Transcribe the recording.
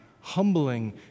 humbling